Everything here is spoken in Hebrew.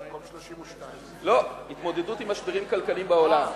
מקום 32. לא, התמודדות עם משברים כלכליים בעולם.